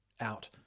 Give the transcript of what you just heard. out